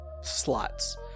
slots